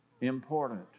important